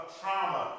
trauma